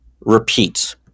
repeat